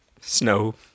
snow